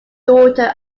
daughter